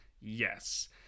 Yes